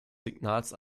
signals